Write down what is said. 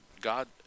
god